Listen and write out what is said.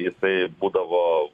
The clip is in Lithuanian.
jisai būdavo